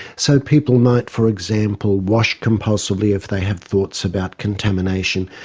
so people might, for example, wash compulsively if they have thoughts about contamination,